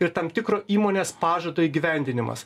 ir tam tikro įmonės pažado įgyvendinimas